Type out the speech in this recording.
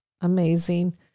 amazing